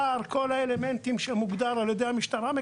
שער ושאר האלמנטים שמוגדרים על ידי המשטרה,